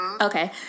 Okay